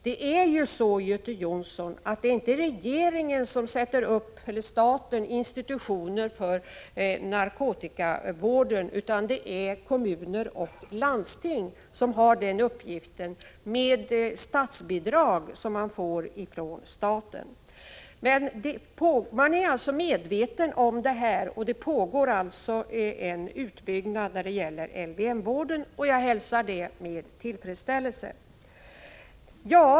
Det är ju inte, Göte Jonsson, regeringen eller staten som sätter upp institutioner för narkomanvård, utan det är kommunerna och landstingen som har den uppgiften, med hjälp av bidrag som de får från staten. Man är alltså medveten om problemet, och det pågår en utbyggnad när det gäller LVM-vården. Det hälsar jag med tillfredsställelse.